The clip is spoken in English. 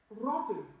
rotten